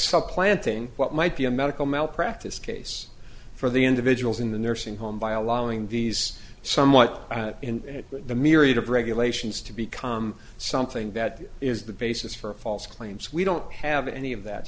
supplanting what might be a medical malpractise case for the individuals in the nursing home by allowing these somewhat in the myriad of regulations to become something that is the basis for a false claims we don't have any of that